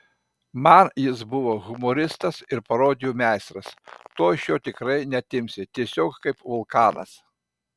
man jis buvo humoristas ir parodijų meistras to iš jo tikrai neatimsi tiesiog kaip vulkanas